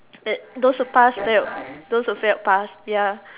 that those who passed failed those who failed passed